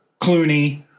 Clooney